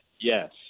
yes